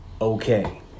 okay